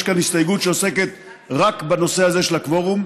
יש כאן הסתייגות שעוסקת רק בנושא הזה של הקוורום,